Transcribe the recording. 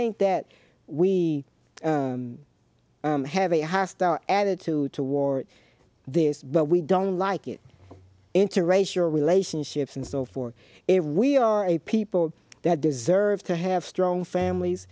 think that we have a hostile attitude toward this but we don't like it interracial relationships and so forth if we are a people that deserve to have strong families